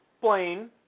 Blaine